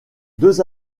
deux